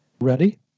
ready